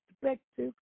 perspective